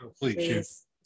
Please